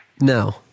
No